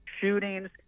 shootings